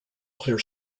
clear